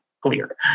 clear